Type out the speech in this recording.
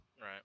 Right